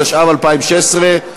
התשע"ו 2016,